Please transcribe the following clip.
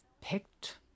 picked